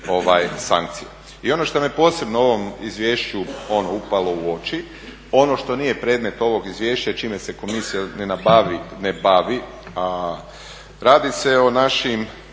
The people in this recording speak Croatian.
sankcija. I ono što mi je posebno u ovom izvješću upalo u oči ono što nije predmet ovog izvješća i čime se komisija ne bavi a radi se o našim,